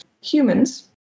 humans